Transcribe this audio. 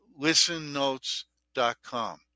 listennotes.com